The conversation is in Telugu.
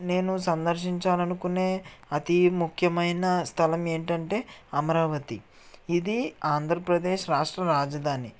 నేను సందర్శించాలనుకునే అతి ముఖ్యమైన స్థలం ఏంటంటే అమరావతి ఇది ఆంధ్రప్రదేశ్ రాష్ట్ర రాజధాని